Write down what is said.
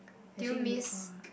actually we are